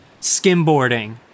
skimboarding